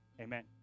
amen